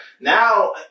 now